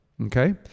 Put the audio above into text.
okay